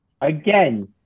Again